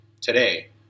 Today